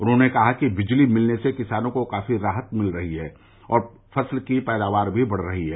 उन्होंने कहा कि बिजली मिलने से किसानों को काफी राहत मिल रही है और फसल की पैदावार भी बढ रही है